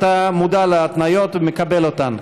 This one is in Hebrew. אתה מודע להתניות ומקבל אותן,